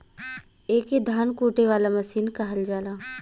एके धान कूटे वाला मसीन कहल जाला